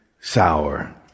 sour